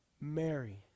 Mary